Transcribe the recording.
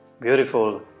Beautiful